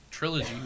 trilogy